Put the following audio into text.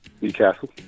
Newcastle